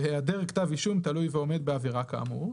והעדר כתב אישום תלוי ועומד בעבירה כאמור,